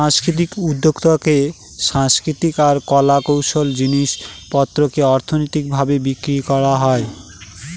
সাংস্কৃতিক উদ্যক্তাতে সাংস্কৃতিক আর কলা কৌশলের জিনিস পত্রকে অর্থনৈতিক ভাবে বিক্রি করা হয়